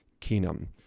Keenum